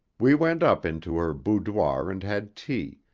we went up into her boudoir and had tea,